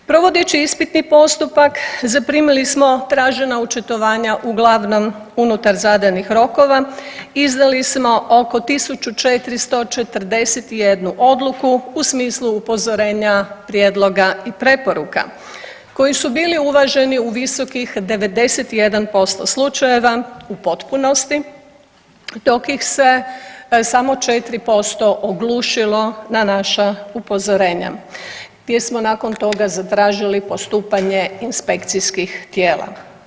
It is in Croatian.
Provodeći ispitni postupak zaprimili smo tražena očitovanja uglavnom unutar zadanih rokova, izdali smo oko 1441 odluku u smislu upozorenja prijedloga i preporuka koji su bili uvaženi u visokih 91% slučajeva u potpunosti, dok ih se samo 4% oglušilo na naša upozorenja gdje smo nakon toga zatražili postupanje inspekcijskih tijela.